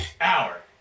hour